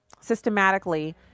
systematically